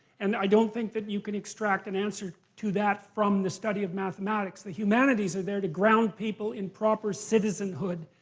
and i don't think that you can extract an answer to that from the study of mathematics. the humanities are there to ground people in proper citizen-hood.